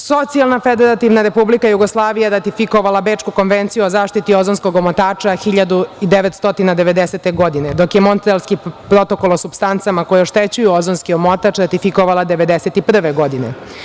Socijalna Federativna Republika Jugoslavija ratifikovala je Bečku konvenciju o zaštiti ozonskog omotača 1990. godine, dok je Montrealski protokol o supstancama koje oštećuju ozonski omotač ratifikovala 1991. godine.